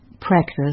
practice